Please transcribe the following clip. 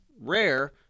rare